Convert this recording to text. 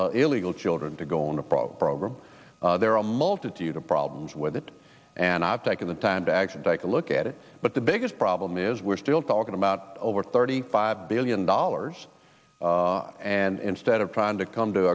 illegal children to go on the program there are a multitude of problems with it and i've taken the time to actually take a look at it but the biggest problem is we're still talking about over thirty five billion dollars and instead of trying to come to